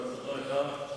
בהצלחה לך,